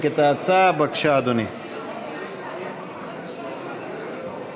הסדרת מתן שירותי כוח אדם של מפעילי עגורן ואתתים),